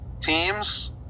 Teams